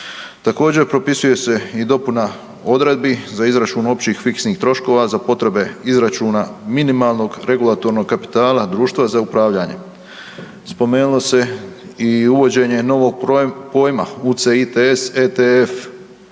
Također propisuje se i dopuna odredbi za izračun općih fiksnih troškova za potrebe izračuna minimalnog regulatornog kapitala društva za upravljanje. Spomenulo se i uvođenje novog pojma UCITS, ETF